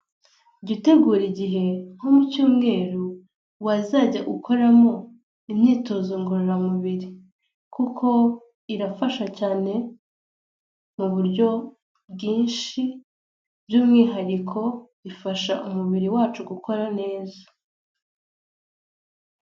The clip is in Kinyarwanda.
Jya utegura igihe nko mu cyumweru, wazajya gukoramo imyitozo ngororamubiri, kuko irafasha cyane mu buryo bwinshi, by'umwihariko ifasha umubiri wacu gukora neza.